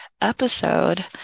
episode